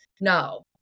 no